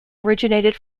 originated